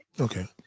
okay